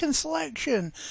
selection